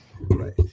Right